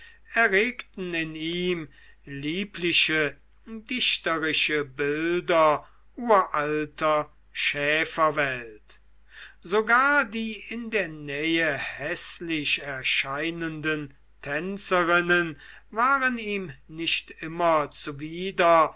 erregten in ihm liebliche dichterische bilder uralter schäferwelt sogar die in der nähe häßlich erscheinenden tänzerinnen waren ihm nicht immer zuwider